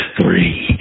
Three